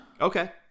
Okay